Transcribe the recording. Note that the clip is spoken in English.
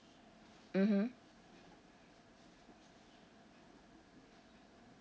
mmhmm